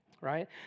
right